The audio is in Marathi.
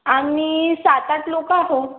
आम्ही सात आठ लोकं आहो